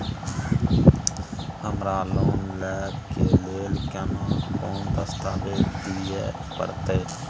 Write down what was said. हमरा लोन लय के लेल केना कोन दस्तावेज दिए परतै?